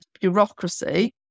bureaucracy